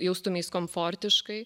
jaustumeis komfortiškai